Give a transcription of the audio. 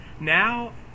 Now